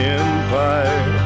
empire